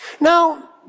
Now